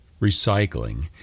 recycling